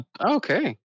Okay